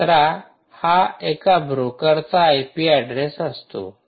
१७ हा एका ब्रोकरचा आय पी ऍड्रेस असतो